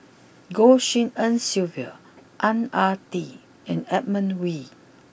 Goh Tshin En Sylvia Ang Ah Tee and Edmund Wee